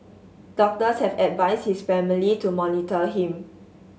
doctors have advised his family to monitor him